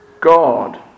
God